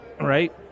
Right